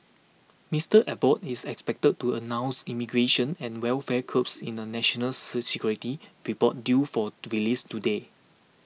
Mister Abbott is expected to announce immigration and welfare curbs in a national security report due for release today